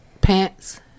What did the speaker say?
pants